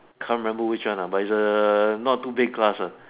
can't remember which one uh but a not too big class uh